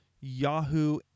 Yahoo